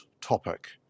topic